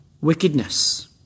wickedness